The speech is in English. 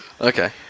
Okay